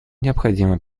необходимо